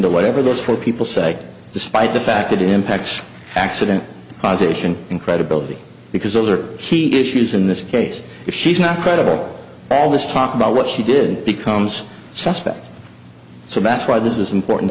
to whatever those four people say despite the fact that it impacts accident causation and credibility because those are key issues in this case if she's not credible well this talk about what she did becomes suspect so that's why this is important